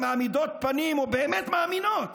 שמעמידות פנים או באמת מאמינות